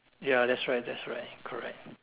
ya that's right that's right correct